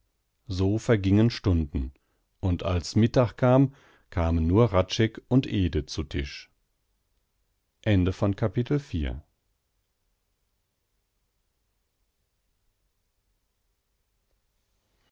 so vergingen stunden und als mittag kam kamen nur hradscheck und ede zu tisch